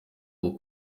ubu